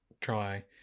try